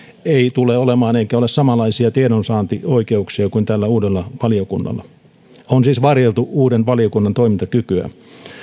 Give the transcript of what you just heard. ei tule olemaan eikä ole samanlaisia tiedonsaantioikeuksia kuin tällä uudella valiokunnalla on siis varjeltu uuden valiokunnan toimintakykyä